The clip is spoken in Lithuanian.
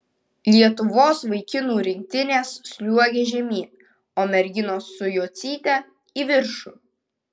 lietuvos vaikinų rinktinės sliuogia žemyn o merginos su jocyte į viršų